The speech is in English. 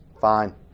Fine